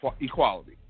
equality